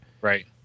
Right